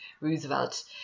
Roosevelt